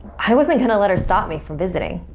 i wasn't gonna let her stop me from visiting.